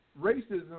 racism